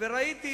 וראיתי,